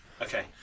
Okay